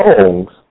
songs